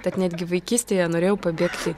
tad net gi vaikystėje norėjau pabėgti